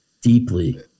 Deeply